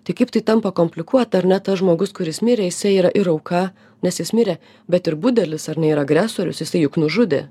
tai kaip tai tampa komplikuota ar ne tas žmogus kuris mirė jisai yra ir auka nes jis mirė bet ir budelis ar ne ir agresorius jisai juk nužudė